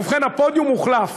ובכן, הפודיום הוחלף,